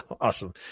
Awesome